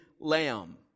lamb